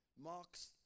marks